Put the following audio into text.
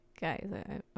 guys